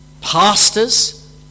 Pastors